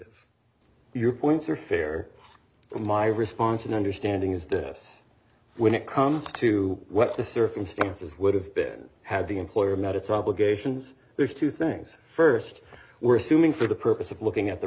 e your points are fair from my response and understanding is this when it comes to what the circumstances would have been had the employer met its obligations there's two things first we're assuming for the purpose of looking at the